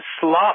slop